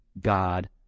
god